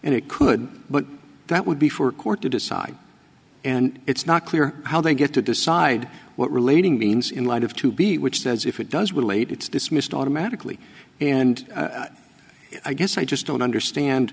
and it could but that would be for court to decide and it's not clear how they get to decide what relating means in line have to be which says if it does relate it's dismissed automatically and i guess i just don't understand